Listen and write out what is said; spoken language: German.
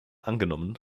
angenommen